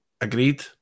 Agreed